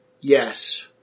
Yes